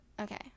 okay